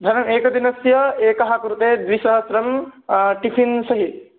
धनं एकदिनस्य एकः कृते द्विसहस्रं टिफिन् सहि